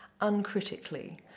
uncritically